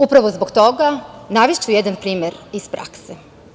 Upravo zbog toga ću navesti jedan primer iz prakse.